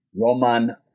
Roman